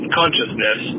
consciousness